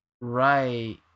Right